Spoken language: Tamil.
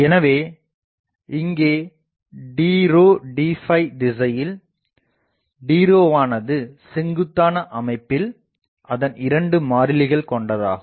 எனவே இங்கே dd திசையில் dவானது செங்குத்தான அமைப்பில் அதன் 2 மாறிலிகள் கொண்டதாகும்